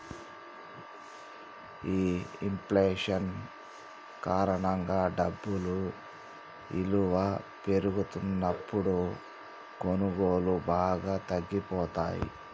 ఈ ఇంఫ్లేషన్ కారణంగా డబ్బు ఇలువ పెరుగుతున్నప్పుడు కొనుగోళ్ళు బాగా తగ్గిపోతయ్యి